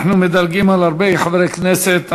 אנחנו מדלגים על הרבה חברי הכנסת,